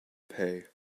pay